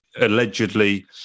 allegedly